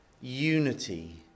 unity